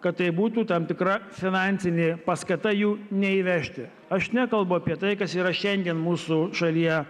kad tai būtų tam tikra finansinė paskata jų neįvežti aš nekalbu apie tai kas yra šiandien mūsų šalyje